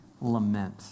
lament